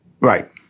Right